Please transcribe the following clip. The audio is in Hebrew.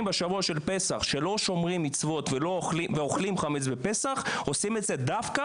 בשבוע של פסח שלא שומרים מצוות ואוכלים חמץ בפסח עושים את זה דווקא